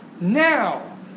Now